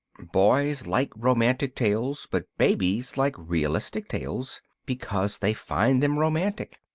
boys like romantic tales but babies like realistic tales because they find them romantic.